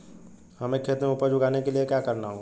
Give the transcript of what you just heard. हमें खेत में उपज उगाने के लिये क्या करना होगा?